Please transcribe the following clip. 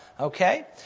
Okay